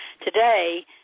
today